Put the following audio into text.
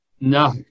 No